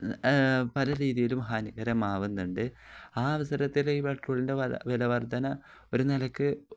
പല രീതിയിലും ഹാനികരമാവുന്നുണ്ട് ആ അവസരത്തിൽ ഈ പെട്രോളിൻ്റെ വിലവർധന ഒരു നിലക്ക്